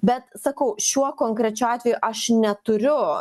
bet sakau šiuo konkrečiu atveju aš neturiu